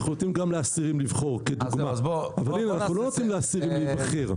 אנחנו נותנים גם לאסירים לבחור אבל אנחנו לא נותנים לאסירים להיבחר,